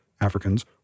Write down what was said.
Africans